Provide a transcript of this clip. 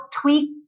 tweak